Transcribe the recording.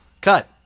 cut